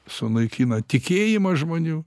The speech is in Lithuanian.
sunaikina tikėjimą žmonių